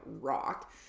rock